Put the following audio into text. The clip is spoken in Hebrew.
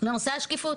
לנושא השקיפות.